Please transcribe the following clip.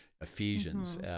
Ephesians